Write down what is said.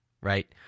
right